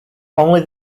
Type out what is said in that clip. only